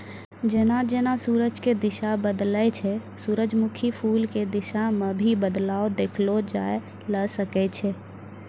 जेना जेना सूरज के दिशा बदलै छै सूरजमुखी फूल के दिशा मॅ भी बदलाव देखलो जाय ल सकै छै